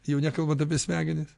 jau nekalbant apie smegenis